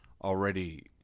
already